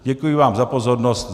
Děkuji vám za pozornost.